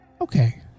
Okay